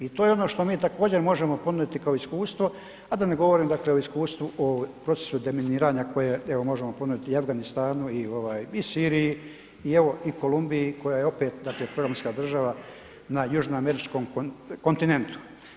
I to je ono što mi također možemo ponuditi kao iskustvo, a da ne govorim dakle o iskustvu o procesu deminiranja koje evo možemo ponuditi i Afganistanu i ovaj i Siriji i evo i Kolumbiji koja je opet dakle …/nerazumljivo/… država na Južno Američkom kontinentu.